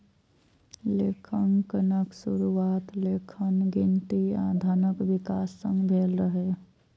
लेखांकनक शुरुआत लेखन, गिनती आ धनक विकास संग भेल रहै